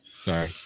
Sorry